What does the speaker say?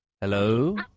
Hello